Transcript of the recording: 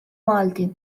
malti